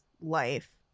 life